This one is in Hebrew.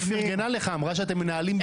היא פרגנה לך, אמרה שאתם מנהלים במשותף.